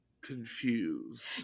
confused